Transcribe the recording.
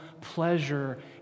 pleasure